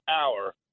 hour